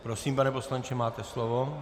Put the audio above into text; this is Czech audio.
Prosím, pane poslanče, máte slovo.